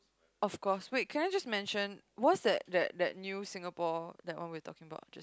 of course wait can I just mention what is that that that new Singapore that one we are talking about